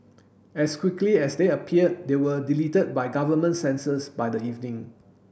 as quickly as they appeared they were deleted by government censors by the evening